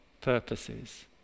purposes